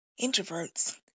introverts